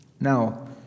Now